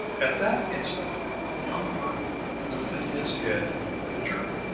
at that instant young ernol lifted his head with a jerk.